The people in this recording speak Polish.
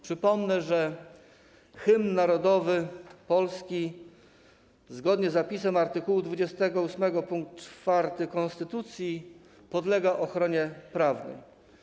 Przypomnę, że hymn narodowy Polski zgodnie z zapisem art. 28 pkt 4 konstytucji podlega ochronie prawnej.